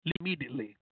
immediately